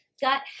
gut